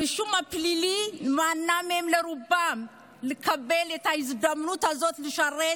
הרישום הפלילי מנע מרובם לקבל את ההזדמנות הזאת לשרת,